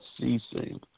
ceasing